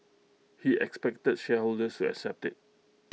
he expected shareholders to accept IT